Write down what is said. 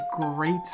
great